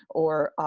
or